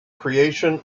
creation